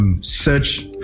Search